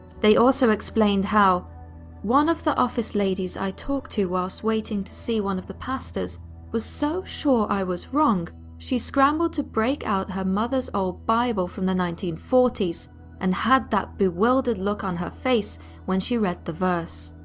they also explained how one of the office ladies i talked to while waiting to see one of the pastors was so sure i was wrong she scrambled to break out her mother's old bible from the nineteen forty s and had that bewildered look on her face when she read the verse.